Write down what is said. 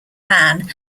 man